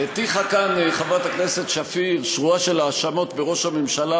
הטיחה כאן חברת הכנסת שפיר שורה של האשמות בראש הממשלה,